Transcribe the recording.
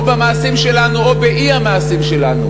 או במעשים שלנו או באי-המעשים שלנו,